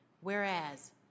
whereas